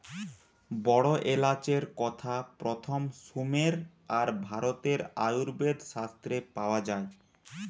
বড় এলাচের কথা প্রথম সুমের আর ভারতের আয়ুর্বেদ শাস্ত্রে পাওয়া যায়